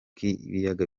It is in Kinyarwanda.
k’ibiyaga